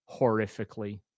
horrifically